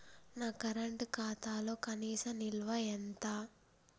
నా కరెంట్ ఖాతాలో కనీస నిల్వ ఎంత?